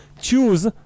choose